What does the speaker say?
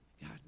God